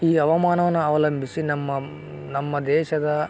ಈ ಹವಮಾನವನ್ನ ಅವಲಂಬಿಸಿ ನಮ್ಮ ನಮ್ಮ ದೇಶದ